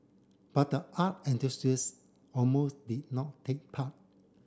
but the art enthusiast almost did not take part